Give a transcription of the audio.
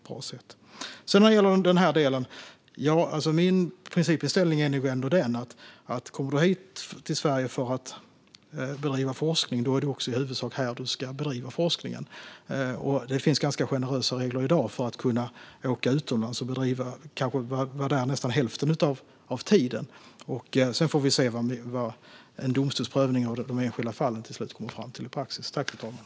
När det gäller denna del är min principinställning nog att om man kommer hit till Sverige för att bedriva forskning är det också i huvudsak här som man ska bedriva forskningen. Det finns ganska generösa regler i dag för att kunna åka utomlands och kanske vara där nästan hälften av tiden. Sedan får vi se vad en domstolsprövning av de enskilda fallen till slut kommer fram till när det gäller praxis.